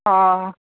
हा